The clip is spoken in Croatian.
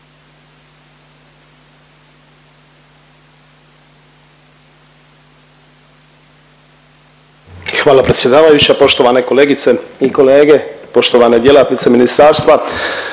Hvala predsjedavajuća. Poštovane kolegice i kolege, poštovane djelatnice ministarstva.